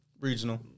regional